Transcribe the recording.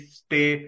stay